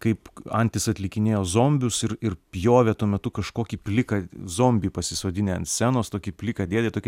kaip antis atlikinėjo zombius ir ir pjovė tuo metu kažkokį pliką zombį pasisodinę ant scenos tokį pliką dėdę tokį